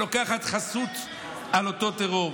שלוקחת חסות על אותו טרור.